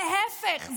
להפך,